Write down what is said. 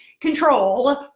control